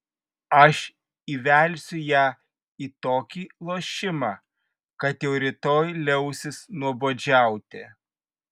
aš įvelsiu ją į tokį lošimą kad jau rytoj liausis nuobodžiauti